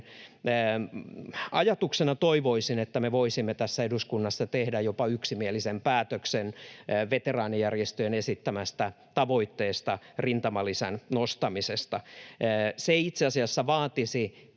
Ajatuksena toivoisin, että me voisimme tässä eduskunnassa tehdä jopa yksimielisen päätöksen veteraanijärjestöjen esittämästä tavoitteesta nostaa rintamalisää. Se itse asiassa vaatisi